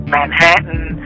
Manhattan